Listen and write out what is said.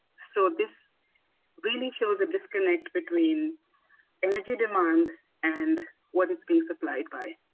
so this really shows a disconnect between energy demand and what it's being supplied by.